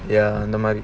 அந்தமாதிரி:antha mathiri